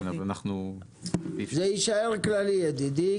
זה יישאר כללי ידידי,